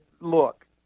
look